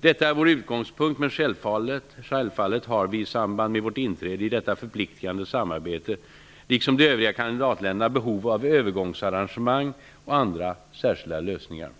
Detta är vår utgångspunkt. Men självfallet har vi i samband med vårt inträde i detta förpliktande samarbete, liksom de övriga kandidatländerna, behov av övergångsarrangemang och andra särskilda lösningar.